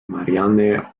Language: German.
marianne